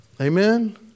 Amen